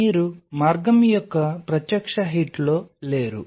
మీరు మార్గం యొక్క ప్రత్యక్ష హిట్లో లేరు